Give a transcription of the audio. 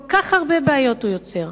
כל כך הרבה בעיות הוא יוצר,